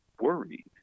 worried